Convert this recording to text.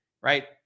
right